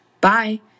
bye